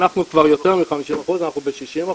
אנחנו יותר מ-50%, אנחנו ב-60%,